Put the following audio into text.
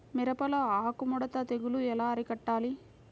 మిరపలో ఆకు ముడత తెగులు ఎలా అరికట్టాలి?